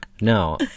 No